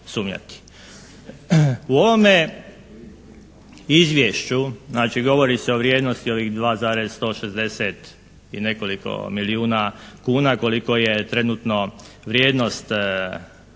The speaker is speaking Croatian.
U ovome izvješću, znači govori se o vrijednosti ovih 2,160 i nekoliko milijuna kuna koliko je trenutno vrijednost